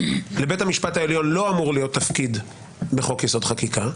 לבית המשפט העליון לא אמור להיות תפקיד בחוק-יסוד: חקיקה,